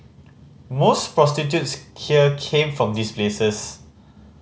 most prostitutes here came from these places